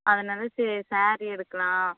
அதனால சே சாரீ எடுக்கலாம்